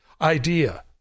idea